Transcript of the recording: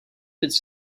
it’s